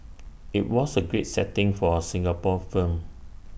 IT was A great setting for A Singapore firm